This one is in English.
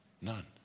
None